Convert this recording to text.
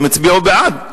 הם הצביעו בעד.